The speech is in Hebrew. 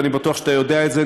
ואני בטוח שאתה יודע את זה,